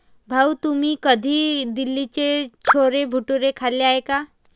भाऊ, तुम्ही कधी दिल्लीचे छोले भटुरे खाल्ले आहेत का?